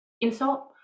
insult